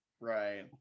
right